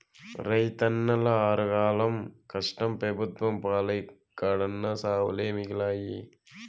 రైతన్నల ఆరుగాలం కష్టం పెబుత్వం పాలై కడన్నా సావులే మిగిలాయి